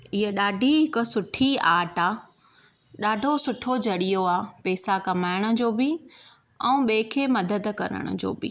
इहा ॾाढी हिकु सुठी आर्ट आहे ॾाढो सुठो ज़रियो आहे पैसा कमाइण जो बि ऐं ॿिए खे मदद करण जो बि